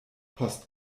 post